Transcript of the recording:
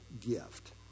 gift